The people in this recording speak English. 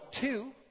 two